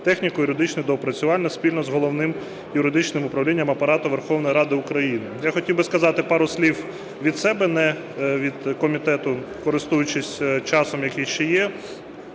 техніко-юридичне доопрацювання спільно з Головним юридичним управлінням Апарату Верховної Ради України. Я хотів би сказати пару слів від себе, не від комітету, користуючись часом, який ще є.